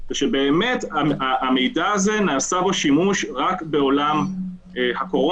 נאמר שבאמת המידע יהיה חסוי ולא יעשה בו שימוש לצורך הליך